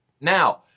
Now